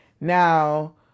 Now